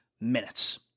minutes